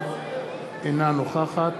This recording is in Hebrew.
אינה נוכחת